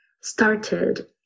started